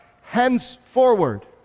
henceforward